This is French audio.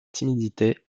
timidité